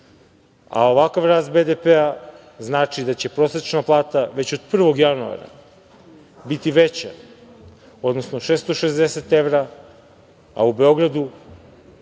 a ovakav rast BDP-a znači da će prosečna plata već od 1. januara biti veća, odnosno 660 evra, a u Beogradu